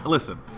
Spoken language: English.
Listen